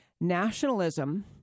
nationalism